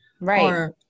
right